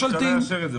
שראש המשלה יאשר את זה.